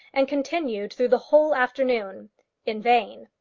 and continued through the whole afternoon in vain.